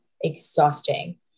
exhausting